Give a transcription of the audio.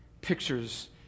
pictures